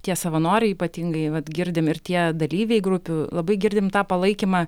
tie savanoriai ypatingai vat girdim ir tie dalyviai grupių labai girdim tą palaikymą